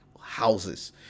houses